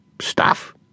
Stuff